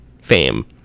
fame